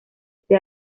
este